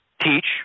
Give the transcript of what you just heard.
Teach